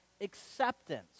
acceptance